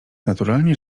naturalnie